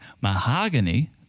Mahogany